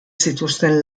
zituzten